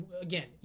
Again